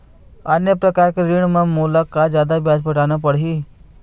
अन्य प्रकार के ऋण म मोला का जादा ब्याज पटाना पड़ही?